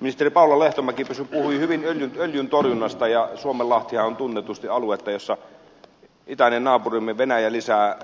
ministeri paula lehtomäki puhui hyvin öljyntorjunnasta ja suomenlahtihan on tunnetusti aluetta jolla itäinen naapurimme venäjä lisää